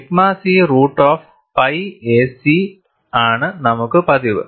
sigma C root of pi a c ആണ് നമുക്ക് പതിവ്